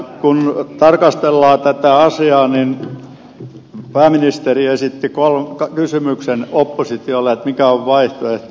kun tarkastellaan tätä asiaa niin pääministeri esitti kysymyksen oppositiolle mikä on vaihtoehto